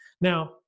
Now